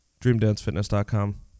DreamDanceFitness.com